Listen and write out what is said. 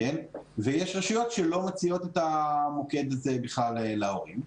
ויש רשויות שלא מציעות את המוקד בכלל להורים.